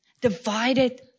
Divided